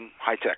high-tech